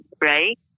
right